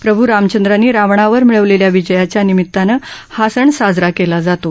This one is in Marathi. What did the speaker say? प्रभू रामचंद्रांनी रावणावर मिळवलेल्या विजयाच्या निमितानं हा सण साजरा केला जातो